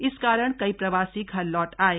इस कारण कई प्रवासी घर लौट आये